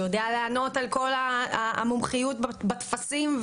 שיודע לענות על כל המומחיות בטפסים,